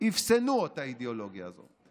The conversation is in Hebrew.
אפסנו את האידיאולוגיה הזאת.